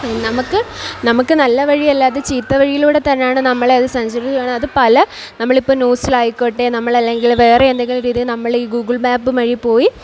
നമ്മൾക്ക് നമുക്ക് നല്ല വഴി അല്ലാതെ ചീത്ത വഴിയിലൂടെ തന്നെയാണ് നമ്മളെ അത് സഞ്ചാരി അത് പല നമ്മൾ ഇപ്പോൾ ന്യൂസിൽ ആയിക്കോട്ടെ നമ്മൾ അല്ലെങ്കിൽ വേറെ എന്തെങ്കിലും രീതി നമ്മൾ ഈ ഗൂഗിൾ മാപ്പ് വഴി പോയി